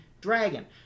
dragon